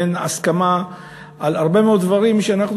ואין הסכמה על הרבה מאוד דברים שאנחנו